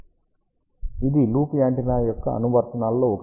ఇది loop antenna యొక్క అనువర్తనాలలో ఒకటి